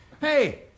Hey